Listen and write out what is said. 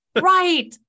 Right